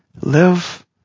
live